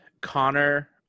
Connor